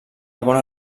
bona